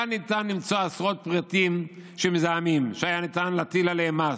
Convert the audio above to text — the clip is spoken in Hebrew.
היה ניתן למצוא עשרות פריטים מזהמים שהיה ניתן להטיל עליהם מס,